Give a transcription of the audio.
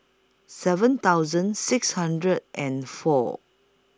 seven thousand six hundred and four